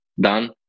done